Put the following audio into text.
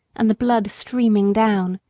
and the blood streaming down.